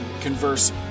converse